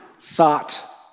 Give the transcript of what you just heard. thought